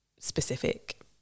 specific